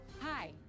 Hi